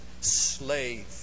slave